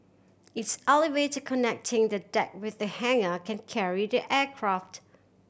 its elevator connecting the deck with the hangar can carry the aircraft